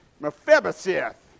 Mephibosheth